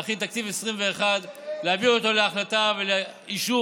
להכין תקציב 2021, להביא אותו להחלטה ולאישור